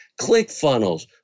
ClickFunnels